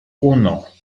uno